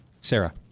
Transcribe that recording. Sarah